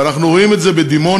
אנחנו רואים את זה בדימונה,